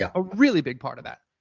ah a really big part of that.